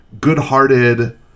good-hearted